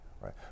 right